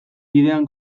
bidean